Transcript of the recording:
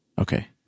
Okay